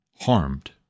harmed